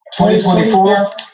2024